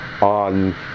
on